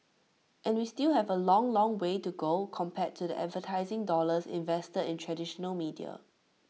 and we still have A long long way to go compared to the advertising dollars invested in traditional media